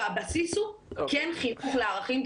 והבסיס הוא כן חינוך לערכים,